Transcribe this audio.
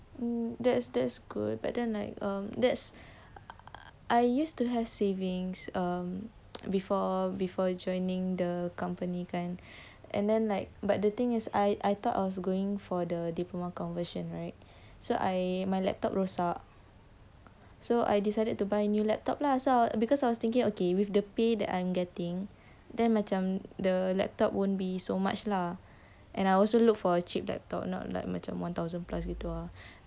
um that's that's good but then like um that's I used to have savings um before before joining the company kan and then like but the thing is I I thought I was going for the diploma conversion right so I my laptop rosak so I decided to buy a new laptop lah so because I was thinking okay with the pay that I'm getting then macam the laptop won't be so much lah and I also look for a cheap laptop not like macam one thousand plus gitu ah